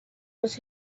was